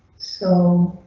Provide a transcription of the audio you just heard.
so.